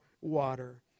water